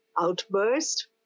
outburst